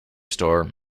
store